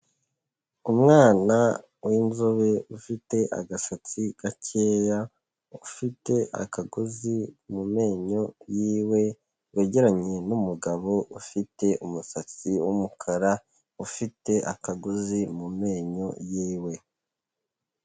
Umwana w'inzobe ufite agasatsi gakeya, ufite akagozi mu menyo yiwe, wegeranye n'umugabo ufite umusatsi w'umukara ufite akagozi mu menyo yiwe.